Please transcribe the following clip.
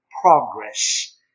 progress